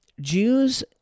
Jews